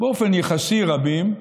באופן יחסי רבים,